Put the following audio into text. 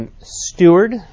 Steward